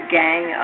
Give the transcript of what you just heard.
gang